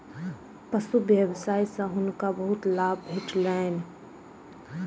पशु व्यवसाय सॅ हुनका बहुत लाभ भेटलैन